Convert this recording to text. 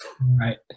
right